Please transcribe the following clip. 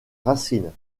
racines